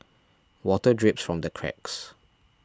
water drips from the cracks